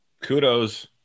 Kudos